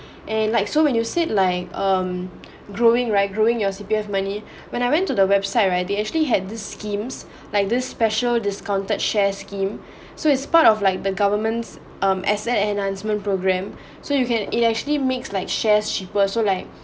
and like so when you sit like um growing right growing your C_P_F money when I went to the website right they actually had this schemes like this special discounted shares scheme so it's part of like the government's um as an enhancement program so you can it actually makes like shares cheaper so like